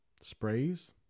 sprays